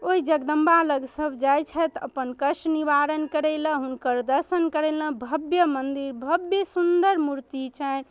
ओहि जगदम्बालग सभ जाए छथि अपन कष्ट निवारण करैलए हुनकर दर्शन करैलए भव्य मन्दिर भव्य मन्दिर मूर्ति छनि